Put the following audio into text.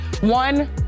One